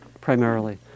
primarily